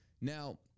Now